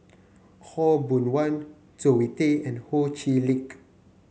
Khaw Boon Wan Zoe Tay and Ho Chee Lick